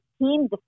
Team